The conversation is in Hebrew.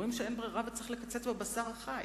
אומרים שאין ברירה וצריך לקצץ בבשר החי,